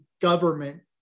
government